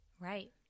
Right